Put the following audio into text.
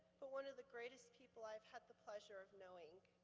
but one of the greatest people i've had the pleasure of knowing.